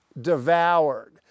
devoured